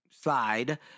slide